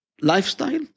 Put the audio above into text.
lifestyle